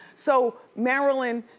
so marilyn,